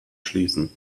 schließen